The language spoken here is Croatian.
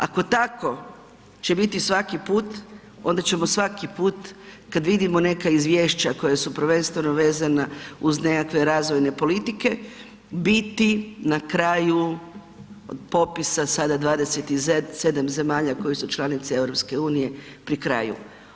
Ako će tako biti svaki put onda ćemo svaki put kada vidimo neka izvješća koja su prvenstveno vezana uz nekakve razvojne politike biti na kraju popisa sada 27 zemalja koje su članice EU pri kraju.